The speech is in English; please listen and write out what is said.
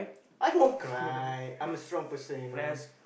I won't cry I'm a strong person you know